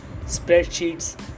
spreadsheets